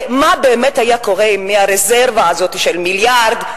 הרי מה באמת היה קורה אם מהרזרבה הזאת של מיליארד,